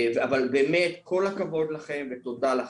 אבל באמת כל הכבוד לכם ותודה לכם.